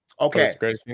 okay